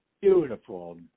beautiful